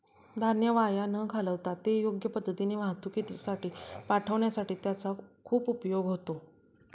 धान्य वाया न घालवता ते योग्य पद्धतीने वाहतुकीसाठी पाठविण्यासाठी त्याचा खूप उपयोग होतो